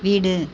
வீடு